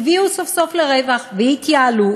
הביאו סוף-סוף לרווח והתייעלו.